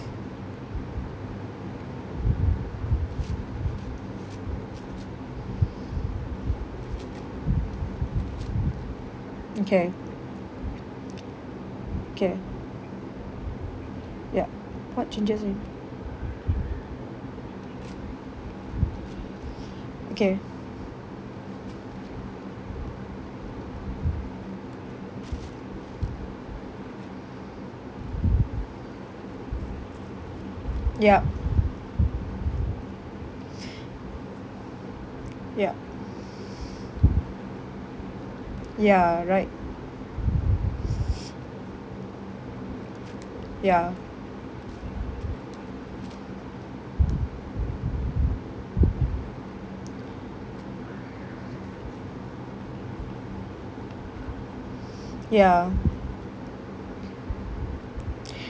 okay K ya what changes in okay yup yup ya right ya ya